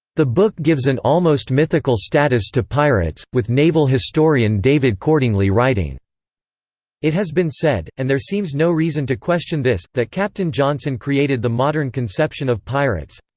the book gives an almost mythical status to pirates, with naval historian david cordingly writing it has been said, and there seems no reason to question this, that captain johnson created the modern conception of pirates.